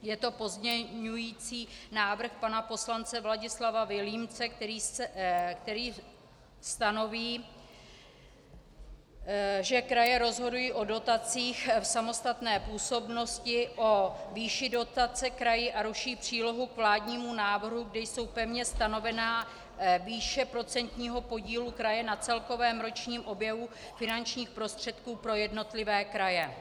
Je to pozměňující návrh pana poslance Vladislava Vilímce, který stanoví, že kraje rozhodují o dotacích v samostatné působnosti, o výši dotace kraje, a ruší přílohu k vládnímu návrhu, kde jsou pevně stanovené výše procentního podílu kraje na celkovém ročním objemu finančních prostředků pro jednotlivé kraje.